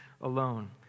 alone